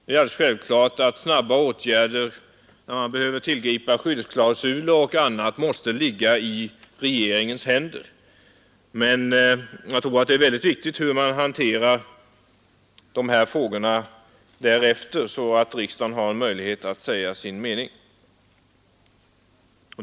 Det är självklart att snabba åtgärder när man behöver tillgripa skyddsklausuler och liknande måste ligga i regeringens händer, men jag tror att det är viktigt att man därefter hanterar dessa frågor så, att riksdagen har en möjlighet att säga sin mening.